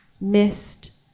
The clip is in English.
missed